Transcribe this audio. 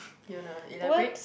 you wanna elaborate